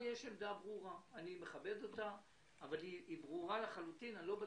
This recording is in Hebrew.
אם השר עומד